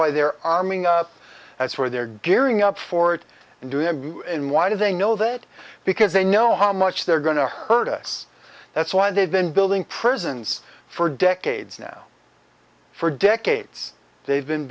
why they're arming up as for they're gearing up for it and doing it in why do they know that because they know how much they're going to hurt us that's why they've been building prisons for decades now for decades they've been